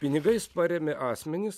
pinigais parėmė asmenys